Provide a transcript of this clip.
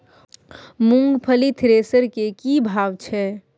मूंगफली थ्रेसर के की भाव छै?